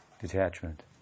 detachment